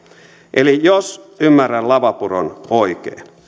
eli jos ymmärrän lavapuron oikein